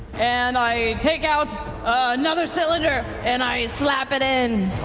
and i take out another cylinder and i slap it in.